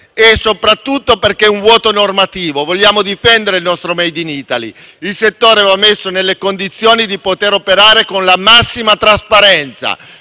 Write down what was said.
soprattutto perché c'è un vuoto normativo; vogliamo difendere il nostro *made in Italy*. Il settore va messo nelle condizioni di poter operare con la massima trasparenza;